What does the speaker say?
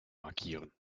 markieren